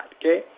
Okay